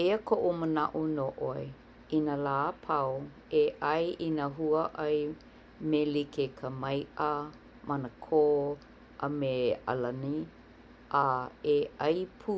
Eia koʻu manaʻo no ʻoe, I nā lā apau e ʻai i nā huaʻai me like ka maiʻa, manakō, a me ʻalani a e ʻai pū